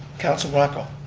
councilor morocco.